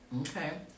Okay